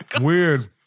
Weird